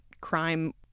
crime